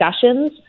discussions